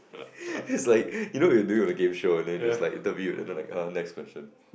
it's like you know they do it on the game show and then just like interviewed and then like [huh] next question